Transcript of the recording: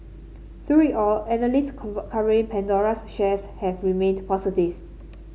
through it all analyst covering Pandora's shares have remained positive